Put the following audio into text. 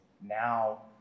now